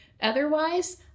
Otherwise